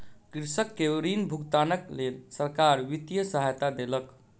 कृषक के ऋण भुगतानक लेल सरकार वित्तीय सहायता देलक